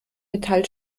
metall